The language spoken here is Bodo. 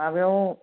माबायाव